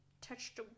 touched